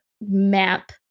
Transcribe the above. map